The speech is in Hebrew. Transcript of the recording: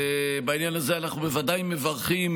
ובעניין הזה אנחנו בוודאי מברכים,